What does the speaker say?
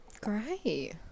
Great